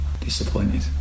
disappointed